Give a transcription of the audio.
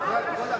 הכרזת המדינה.